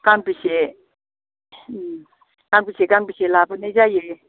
गांबेसे गांबेसे गांबेसे लाबोनाय जायो